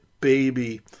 baby